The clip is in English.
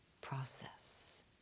process